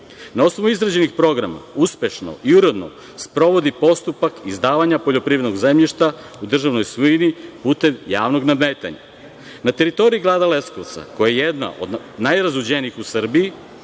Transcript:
Na osnovu izgrađenih programa uspešno i uredno sprovodi postupak izdavanja poljoprivrednog zemljišta u državnoj svojini putem javnog nadmetanja. Na teritoriji grada Leskovca, koje je jedna od najrazuđenijih u Srbiji,